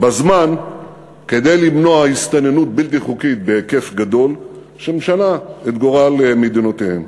בזמן כדי למנוע הסתננות בלתי חוקית בהיקף גדול שמשנה את גורל מדינותיהם.